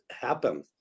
happen